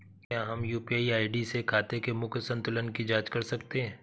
क्या हम UPI ID से खाते के मूख्य संतुलन की जाँच कर सकते हैं?